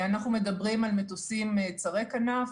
אנחנו מדברים על מטוסים צרי כנף,